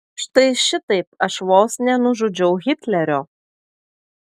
štai šitaip aš vos nenužudžiau hitlerio